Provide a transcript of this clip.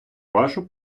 вашу